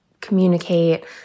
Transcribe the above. communicate